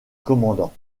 commandant